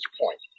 point